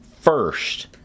first